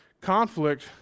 conflict